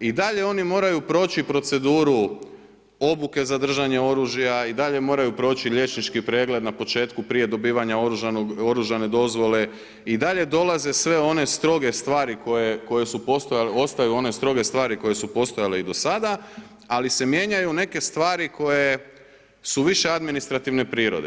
i dalje oni moraju proći proceduru obuke za držanje oružja, i dalje moraju proći liječnički pregled na početku prije dobivanja oružane dozvole, i dalje dolaze sve one stroge stvari koje su, ostaju one stroge stvari koje su postojale i do sada, ali se mijenjaju neke stvari koje su više administrativne prirode.